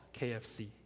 KFC